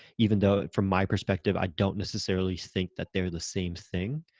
even though from my perspective, i don't necessarily think that they're the same thing.